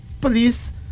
police